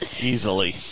Easily